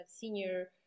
senior